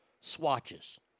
Swatches